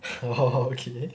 oh okay